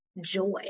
joy